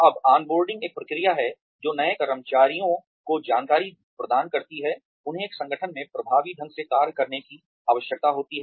अब onboarding एक प्रक्रिया है जो नए कर्मचारियों को जानकारी प्रदान करती है उन्हें एक संगठन में प्रभावी ढंग से कार्य करने की आवश्यकता होती है